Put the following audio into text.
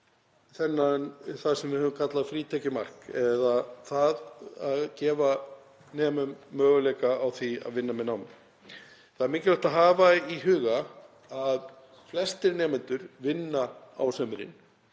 á það sem við höfum kallað frítekjumark eða það að gefa nemum möguleika á því að vinna með námi. Það er mikilvægt að hafa í huga að flestir nemendur vinna á sumrin.